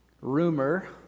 rumor